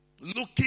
Looking